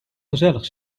gezellig